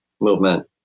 movement